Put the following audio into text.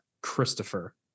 Christopher